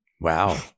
Wow